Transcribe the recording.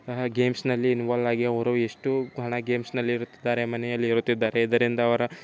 ಗೇಮ್ಸ್ನಲ್ಲಿ involve ಆಗಿ ಅವರು ಎಷ್ಟು ಬಹಳ ಗೇಮ್ಸ್ನಲ್ಲಿ ಇರುತ್ತಿದ್ದಾರೆ ಮನೆಯಲ್ಲಿ ಇರುತ್ತಿದ್ದಾರೆ ಇದರಿಂದ ಅವರ